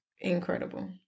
Incredible